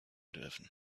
dürfen